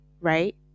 right